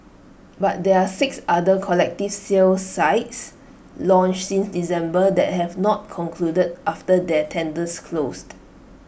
but there are six other collective sale sites launched since December that have not concluded after their tenders closed